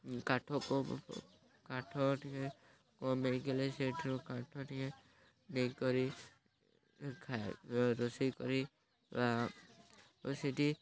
କାଠ କ କାଠଟିଏ କମ୍ ନେଇକଲେ ସେଇଠାରୁ କାଠଟିଏ ନେଇକରି ଖ ରୋଷେଇ କରିବା ରୋଷେଇଟି